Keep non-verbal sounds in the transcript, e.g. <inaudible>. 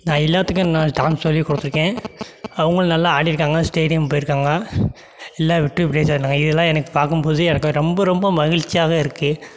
நான் எல்லாத்துக்கும் நான் டான்ஸ் சொல்லிக் கொடுத்துருக்கேன் அவங்களும் நல்லா ஆடியிருக்காங்க ஸ்டேஜிக்கும் போயிருக்காங்க <unintelligible> இதெலாம் எனக்கு பார்க்கும் போது எனக்கு ரொம்ப ரொம்ப மகிழ்ச்சியாக இருக்குது